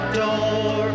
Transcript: door